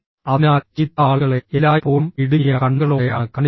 അതിനാൽ ചീത്ത ആളുകളെ എല്ലായ്പ്പോഴും ഇടുങ്ങിയ കണ്ണുകളോടെയാണ് കാണിക്കുന്നത്